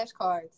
flashcards